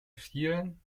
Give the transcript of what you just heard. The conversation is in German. vielen